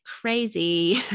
crazy